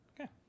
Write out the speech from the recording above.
okay